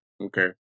Okay